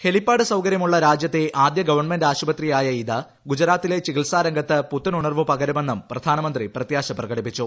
helipad സൌകര്യമുള്ള രാജ്യത്തെ ആദ്യ ഗവൺമെന്റ് ആശുപത്രിയായ ഇത് ഗുജറാത്തിലെ ചികിത്സാരംഗത്ത് പുത്തൻ ഉണർവ്വ് പകരുമെന്നും പ്രധാനമന്ത്രി പ്രത്യാശ പ്രകടിപ്പിച്ചു